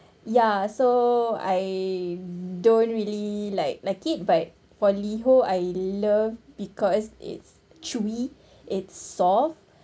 ya so I don't really like like it but for Liho I love because it's chewy it's soft